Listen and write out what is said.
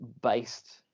based